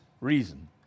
reason